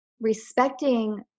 respecting